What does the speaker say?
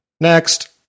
next